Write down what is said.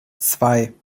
zwei